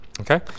Okay